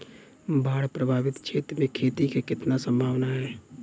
बाढ़ प्रभावित क्षेत्र में खेती क कितना सम्भावना हैं?